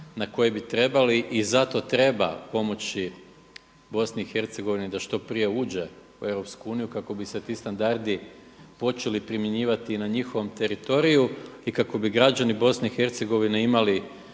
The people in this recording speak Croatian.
na koji bi trebali i zato treba pomoći Bosni i Hercegovini da što prije uđe u EU kako bi se ti standardi počeli primjenjivati i na njihovom teritoriju i kako bi građani Bosne i Hercegovine imali